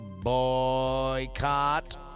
boycott